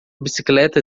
bicicleta